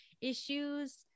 issues